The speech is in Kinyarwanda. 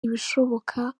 ibishoboka